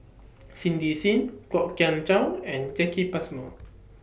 Cindy SIM Kwok Kian Chow and Jacki Passmore